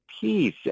peace